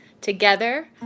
Together